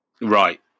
Right